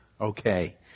Okay